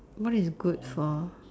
what is good for